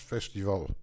Festival